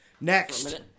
Next